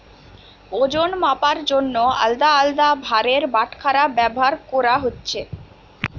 ওজন মাপার জন্যে আলদা আলদা ভারের বাটখারা ব্যাভার কোরা হচ্ছে